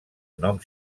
nom